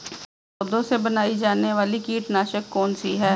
पौधों से बनाई जाने वाली कीटनाशक कौन सी है?